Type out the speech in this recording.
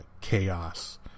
chaos